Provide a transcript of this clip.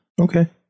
Okay